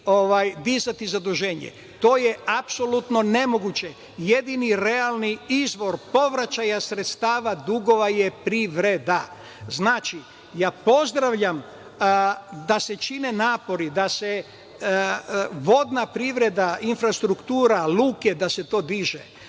dizati zaduženje. To je apsolutno nemoguće. Jedini realni izvor povraćaja sredstava, dugova je privreda. Znači, pozdravljam da se čine napori, da se vodna privreda, infrastruktura, luke, da se dižu,